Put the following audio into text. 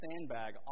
sandbag